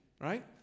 right